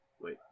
Wait